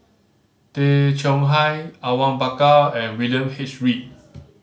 Tay Chong Hai Awang Bakar and William H Read